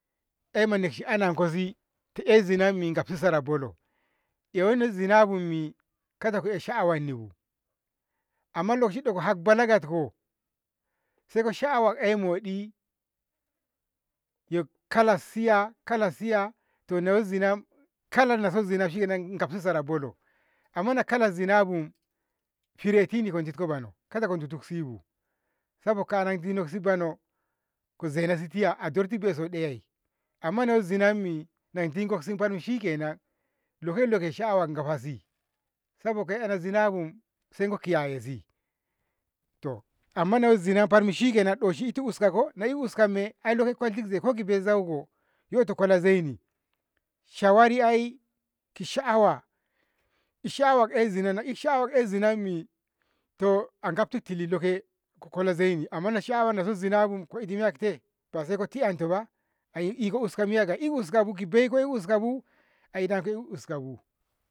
ek manakshi anakoshi to eizinammi ko gabto sara bolo yowanno zinabummi kada ko'e sha'awannibu amma lokashi ko hatko balagatko saiko sha'awa 'yi moɗi yo kala siy kal siya to kala so zina shine ko gafsi sara bolo amma nakala zina bu fireshi kada diktu sibu saboka'a dinoksi bono ko zenosi tiya a dirtoso be'i ɗayay amma yo wam zinammi nako dinoksi bono shikenan duk lokacinda ko sha'wasi ko gafsasi saboka yo zinabu saiko kiyayasi to amma nayo zina barmi shikenan doshi itu uskako ai ko koltiz zai leiki bei zauko yoto kola zaini. shawari ai ki sha'awa in ik sha'awa 'yakzina in ik sha'awa 'yak zinammi to agaftu tilitoke ko kola zaini amma sha'awa saso zinabu ko idi miyakite ba saiko ti'yanto ba ai iko uska miya, e' uskabu ki beiko uskabu, a idonkoi uskabu